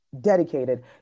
dedicated